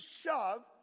shove